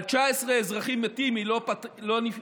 על 19 אזרחים מתים היא לא התפטרה,